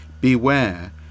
beware